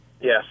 Yes